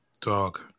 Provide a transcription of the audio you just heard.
Dog